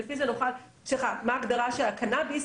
הקנאביס,